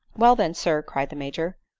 well, then sir, cried the major,